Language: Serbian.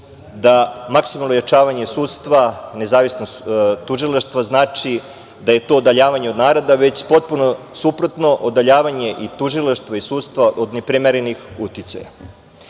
da maksimalno ojačavanje sudstva, nezavisnost tužilaštva znači da je to udaljavanje od naroda, već, potpuno suprotno, odaljavanje i tužilaštva i sudstva od neprimerenih uticaja. Sa